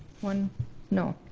one no.